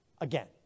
again